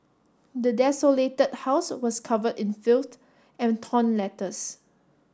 the desolated house was covered in filth and torn letters